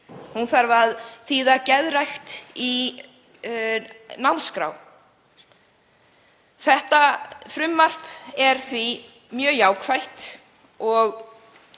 og þarf að minnast á geðrækt í námskrá. Þetta frumvarp er því mjög jákvætt og